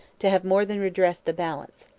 to have more than redressed the balance.